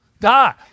die